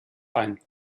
ein